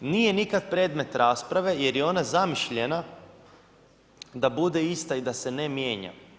nije nikad predmet rasprave jer je ona zamišljena da bude ista i da se ne mijenja.